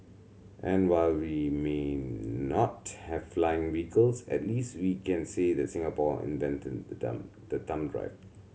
and while we may not have flying vehicles at least we can say that Singapore invented the thumb the thumb drive